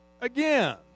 again